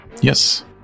Yes